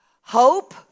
Hope